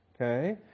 Okay